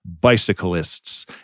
bicyclists